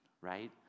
right